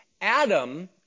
Adam